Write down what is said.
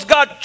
God